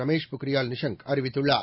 ரமேஷ் பொக்ரியால் நிஷாங் அறிவித்துள்ளார்